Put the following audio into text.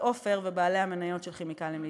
עופר ובעלי המניות של "כימיקלים לישראל".